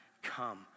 Come